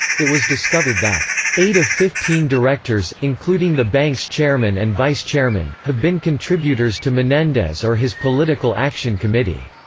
it was discovered that eight of fifteen directors, including the bank's chairman and vice-chairman, have been contributors to menendez or his political action committee.